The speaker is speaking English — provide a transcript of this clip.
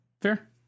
fair